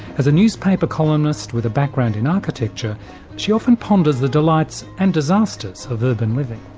as a newspaper columnist with a background in architecture she often pondered the delights and disasters of urban living.